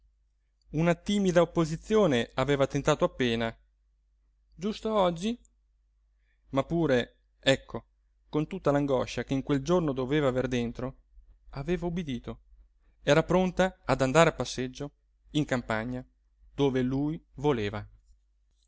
una timida opposizione aveva tentato appena giusto oggi ma pure ecco con tutta l'angoscia che in quel giorno doveva aver dentro aveva ubbidito era pronta ad andare a passeggio in campagna dove lui voleva